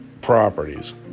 properties